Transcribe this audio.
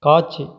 காட்சி